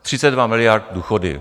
32 miliard důchody.